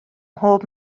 mhob